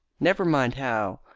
never mind how,